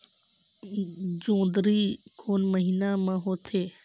जोंदरी कोन महीना म होथे?